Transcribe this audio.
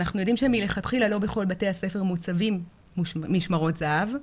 אנחנו יודעים שמלכתחילה לא בכל בתי הספר מוצבים משמרות זה"ב,